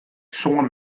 sân